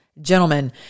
Gentlemen